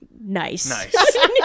Nice